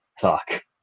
talk